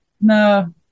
No